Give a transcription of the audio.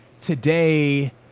Today